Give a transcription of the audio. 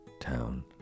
town